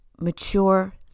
mature